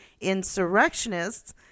insurrectionists